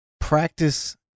practice